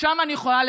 שם אני יכולה לקיים,